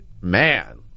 man